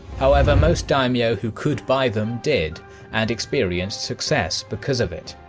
however, most daimyo who could buy them did and experienced success because of it.